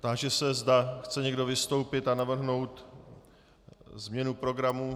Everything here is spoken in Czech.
Táži se, zda chce někdo vystoupit a navrhnout změnu programu.